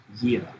year